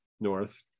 North